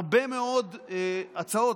הרבה מאוד הצעות.